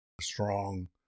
strong